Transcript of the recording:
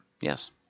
Yes